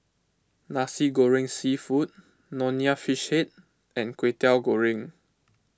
Nasi Goreng Seafood Nonya Fish Head and Kwetiau Goreng